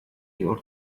your